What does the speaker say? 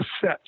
set